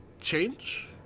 change